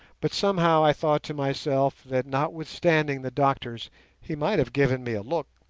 but somehow i thought to myself that notwithstanding the doctors he might have given me a look